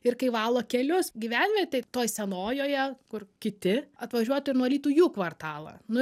ir kai valo kelius gyvenvietėj toj senojoje kur kiti atvažiuotų ir nuvalytų jų kvartalą nu